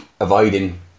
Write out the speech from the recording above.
avoiding